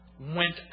went